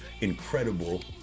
incredible